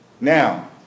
now